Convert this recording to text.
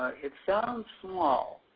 it sounds small.